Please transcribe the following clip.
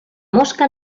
mosca